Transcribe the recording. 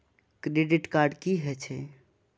Credit card की हे छे?